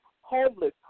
homeless